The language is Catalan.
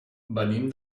venim